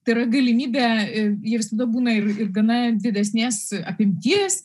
tai yra galimybė ir ji visada būna ir gana didesnės apimties